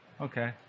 Okay